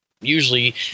usually